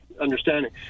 understanding